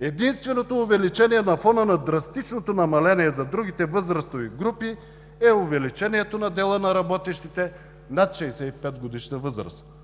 Единственото увеличение на фона на драстичното намаление за другите възрастови групи е увеличението на дела на работещите над 65 годишна възраст